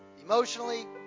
emotionally